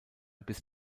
bis